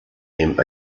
him